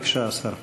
בבקשה, השר.